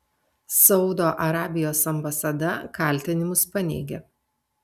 saudo arabijos ambasada kaltinimus paneigė